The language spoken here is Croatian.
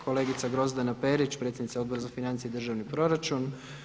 Kolegica Grozdana Perić, predsjednica Odbora za financije i državni proračun.